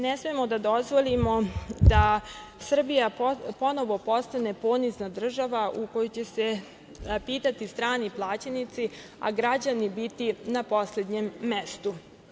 Ne smemo da dozvolimo da Srbija ponovo postane ponizna država u kojoj će se pitati strani plaćenici, a građani biti na poslednjem mestu.